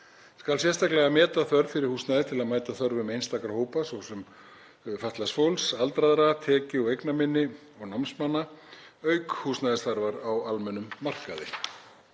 Skal sérstaklega meta þörf fyrir húsnæði til að mæta þörfum einstakra hópa, svo sem fatlaðs fólks, aldraðra, tekju- og eignaminni og námsmanna, auk húsnæðisþarfar á almennum markaði.